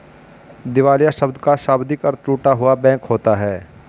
दिवालिया शब्द का शाब्दिक अर्थ टूटा हुआ बैंक होता है